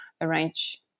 arrange